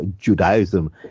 Judaism